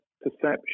perception